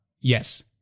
Yes